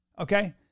okay